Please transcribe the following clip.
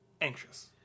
Anxious